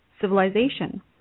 civilization